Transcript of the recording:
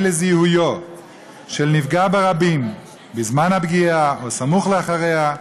לזיהויו של נפגע ברבים בזמן הפגיעה או סמוך לאחריה,